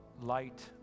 light